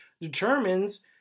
determines